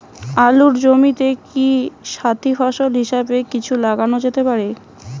আলুর জমিতে কি সাথি ফসল হিসাবে কিছু লাগানো যেতে পারে?